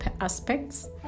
aspects